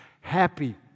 happy